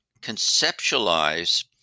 conceptualize